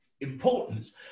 importance